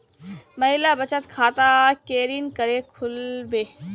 महिला बचत खाता केरीन करें खुलबे